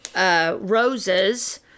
roses